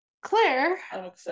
Claire